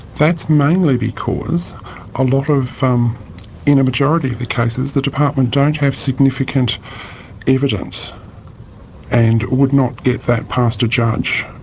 that's mainly because a lot of. um in a majority of the cases, the department don't have significant evidence and would not get that past a judge.